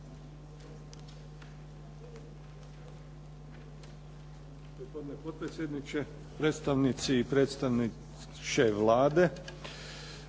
Hvala vam